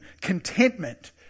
contentment